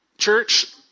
Church